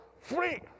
free